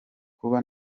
kuba